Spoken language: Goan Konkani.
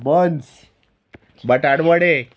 बन्स बटाट वडे